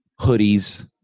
hoodies